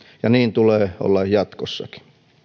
ja niin tulee olla jatkossakin